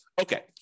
Okay